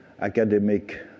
academic